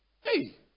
Hey